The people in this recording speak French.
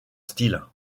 style